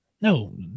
no